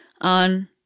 on